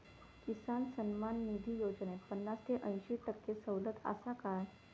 किसान सन्मान निधी योजनेत पन्नास ते अंयशी टक्के सवलत आसा काय?